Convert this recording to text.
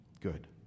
Good